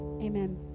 Amen